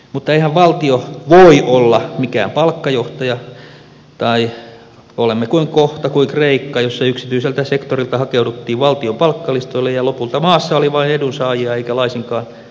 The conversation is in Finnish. mutta eihän valtio voi olla mikään palkkajohtaja tai olemme kohta kuin kreikka jossa yksityiseltä sektorilta hakeuduttiin valtion palkkalistoille ja lopulta maassa oli vain edunsaajia eikä laisinkaan veronmaksajia